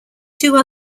two